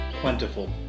plentiful